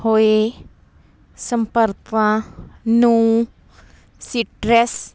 ਹੋਏ ਸੰਪਰਕਾਂ ਨੂੰ ਸੀਟਰਸ